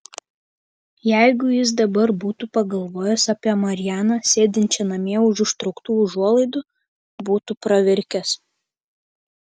jeigu jis dabar būtų pagalvojęs apie marianą sėdinčią namie už užtrauktų užuolaidų būtų pravirkęs